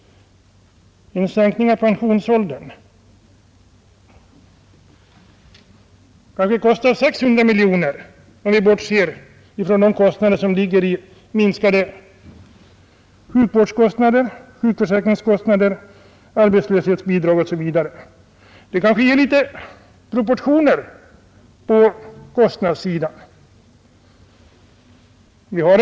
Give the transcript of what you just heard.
En sänkning av pensionsåldern kanske kostar 600 miljoner kronor, om vi bortser från minskade sjukvårdskostnader, sjukförsäkringskostnader, arbetslöshetsbidrag osv. Dessa siffror anger proportionerna när man skall bedöma kostnaderna.